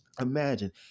Imagine